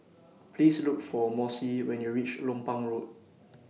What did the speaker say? Please Look For Mossie when YOU REACH Lompang Road